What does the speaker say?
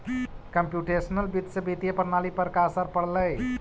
computational वित्त से वित्तीय प्रणाली पर का असर पड़लइ